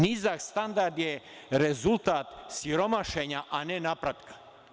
Nizak standard je rezultat siromašenja, a ne napretka.